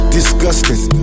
Disgusting